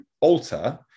alter